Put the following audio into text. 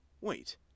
Wait